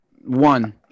One